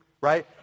right